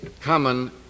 common